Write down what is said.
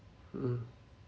mm